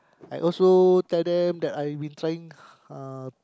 I also tell them that I will trying uh